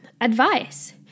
advice